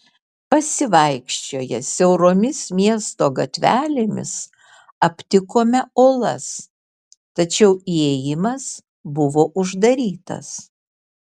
pasivaikščioję siauromis miesto gatvelėmis aptikome olas tačiau įėjimas buvo uždarytas